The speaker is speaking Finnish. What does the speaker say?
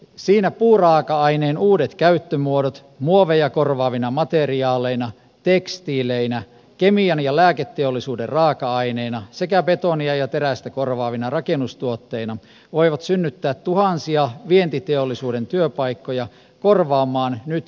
siinä puuraaka aineen uudet käyttömuodot muoveja korvaavina materiaaleina tekstiileinä kemian ja lääketeollisuuden raaka aineina sekä betonia ja terästä korvaavina rakennustuotteina voivat synnyttää tuhansia vientiteollisuuden työpaikkoja korvaamaan nyt hiipuvia aloja